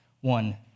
one